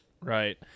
Right